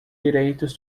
direitos